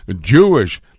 Jewish